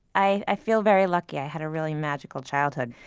i i feel very lucky. i had a really magical childhood.